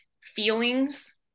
feelings